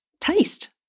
taste